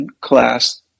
class